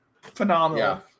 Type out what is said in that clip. Phenomenal